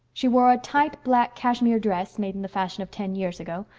she wore a tight, black, cashmere dress, made in the fashion of ten years ago,